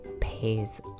pays